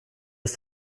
des